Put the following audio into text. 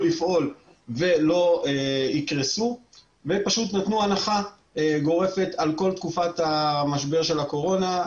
לפעול ולא יקרסו ופשוט נתנו הנחה גורפת על כל תקופת המשבר של הקורונה,